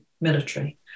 military